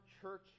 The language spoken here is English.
church